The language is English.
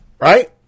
right